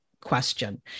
question